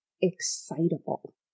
excitable